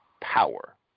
power